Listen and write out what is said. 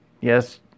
yes